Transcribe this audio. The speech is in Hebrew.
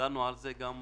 דנו על זה גם במליאה,